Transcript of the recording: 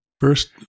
First